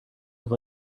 have